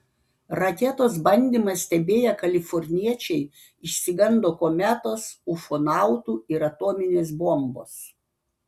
raketos bandymą stebėję kaliforniečiai išsigando kometos ufonautų ir atominės bombos